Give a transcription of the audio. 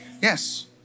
Yes